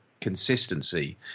consistency